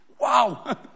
wow